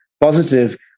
positive